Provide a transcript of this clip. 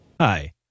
Hi